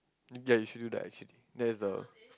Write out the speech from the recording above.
yeah you should do the actually that is the